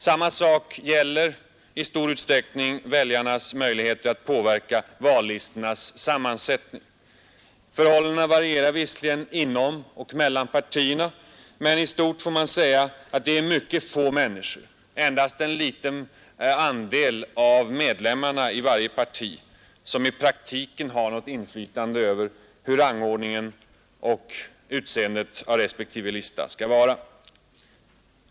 Samma sak gäller i stor utsträckning om väljarnas möjligheter att påverka vallistornas sammansättning. Förhållandena varierar visserligen inom och mellan partierna, men i stort får man säga att det är mycket få människor, endast en liten andel av medlemmarna i varje parti, som i praktiken har något inflytande över sammansättningen av och rangordningen på respektive lista.